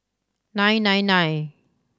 nine nine nine